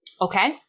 Okay